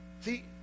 See